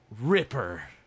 Ripper